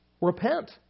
repent